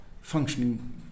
functioning